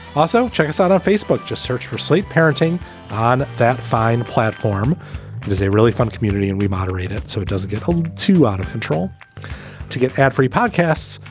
also check us out on facebook. just search for slate parenting on that fine platform does a really fun community and we moderate it so it doesn't get too out of control to get ad free podcasts.